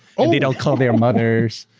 um they don't call their mothers